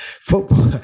football